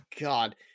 God